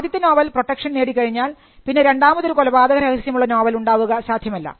ആദ്യത്തെ novel protection നേടിക്കഴിഞ്ഞാൽ പിന്നെ രണ്ടാമതൊരു കൊലപാതകരഹസ്യം ഉള്ള നോവൽ ഉണ്ടാവുക സാധ്യമല്ല